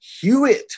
Hewitt